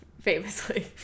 Famously